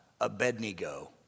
Abednego